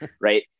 right